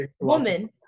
woman